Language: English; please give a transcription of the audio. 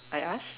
I ask